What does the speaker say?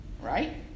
right